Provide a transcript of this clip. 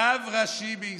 רב ראשי בישראל,